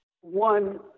One